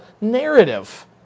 narrative